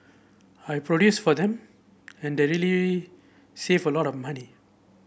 I produce for them and they really save a lot of money